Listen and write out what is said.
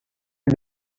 you